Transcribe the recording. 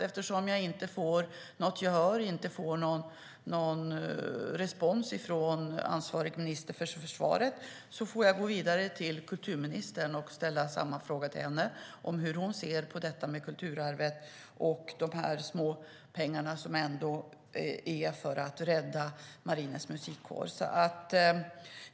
Eftersom jag inte får något gehör, inte får någon respons, från ansvarig minister för försvaret får jag gå vidare och i stället fråga kulturministern hur hon ser på detta med kulturarvet och de trots allt små summor det handlar om för att rädda Marinens Musikkår.